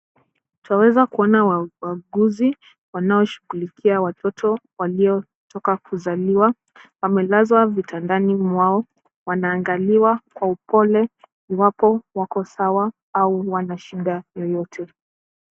Twaweza kuona wauguzi wanaoshughulikia watoto waliotoka kuzaliwa. Wamelazwa vitandani mwao. Wanaangaliwa kwa upole iwapo wako sawa au wana shida yoyote.